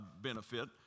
benefit